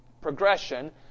progression